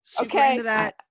Okay